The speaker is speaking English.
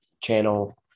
channel